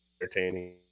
entertaining